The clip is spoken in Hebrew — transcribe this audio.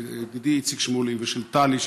של ידידי איציק שמולי ושל טלי,